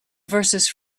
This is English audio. verses